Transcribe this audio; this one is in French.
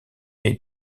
est